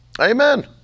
Amen